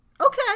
Okay